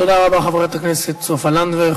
תודה רבה, חברת הכנסת סופה לנדבר.